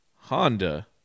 Honda